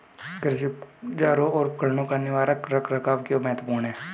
कृषि औजारों और उपकरणों का निवारक रख रखाव क्यों महत्वपूर्ण है?